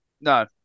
No